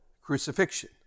crucifixion